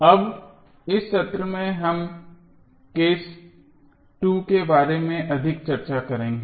अब इस सत्र में हम केस 2 के बारे में अधिक चर्चा करेंगे